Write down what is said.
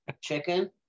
Chicken